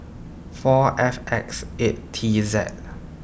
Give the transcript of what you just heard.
four F X eight T Z